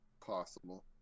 possible